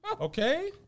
Okay